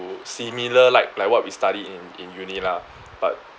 similar like like what we study in in uni lah but